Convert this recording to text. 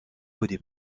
بودی